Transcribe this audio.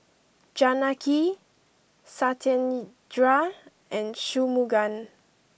Janaki Satyendra and Shunmugam